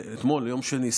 או יום שני,